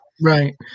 Right